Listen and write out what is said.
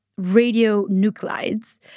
radionuclides